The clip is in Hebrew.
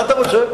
מה אתה רוצה?